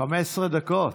15 דקות.